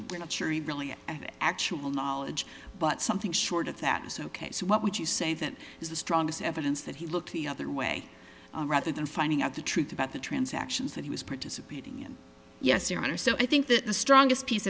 i'm not sure he really actual knowledge but something short of that was ok so what would you say that is the strongest evidence that he looked the other way rather than finding out the truth about the transactions that he was participating in yes your honor so i think that the strongest piece